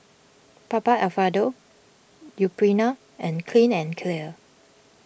Papa Alfredo Purina and Clean and Clear